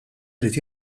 irid